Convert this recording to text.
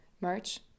march